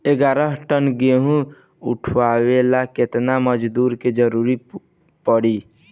ग्यारह टन गेहूं उठावेला केतना मजदूर के जरुरत पूरी?